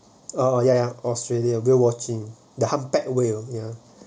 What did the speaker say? oh ya ya australia whale watching the humpback whales